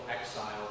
exile